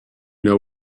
know